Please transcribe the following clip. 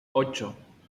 ocho